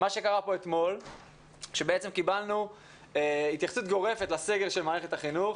אתמול קיבלנו התייחסות גורפת לסגר של מערכת החינוך,